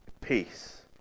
peace